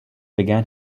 began